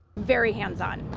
very hands on.